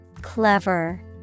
Clever